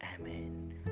Amen